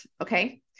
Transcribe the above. Okay